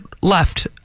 left